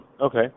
Okay